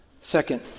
Second